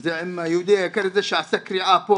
זה עם היהודי היקר הזה שעשה קריעה פה